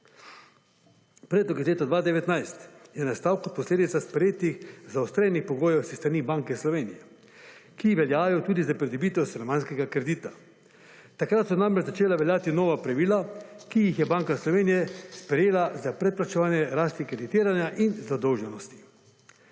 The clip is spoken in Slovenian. Predlog iz leta 2019 je nastal kot posledica sprejetih zaostrenih pogojev s strani Banke Slovenije, ki veljajo tudi za pridobitev stanovanjskega kredita. Takrat so namreč začela veljati nova pravila, ki jih je Banka Slovenije prejela za predplačevanje razkreditiranja in zadolženosti.